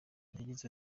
yagize